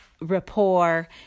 rapport